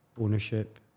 ownership